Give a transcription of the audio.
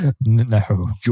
No